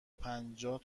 پنجاه